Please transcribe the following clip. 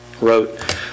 wrote